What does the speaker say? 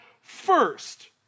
first